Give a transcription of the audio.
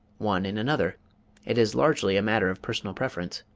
one in another it is largely a matter of personal preference.